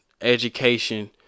education